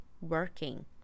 working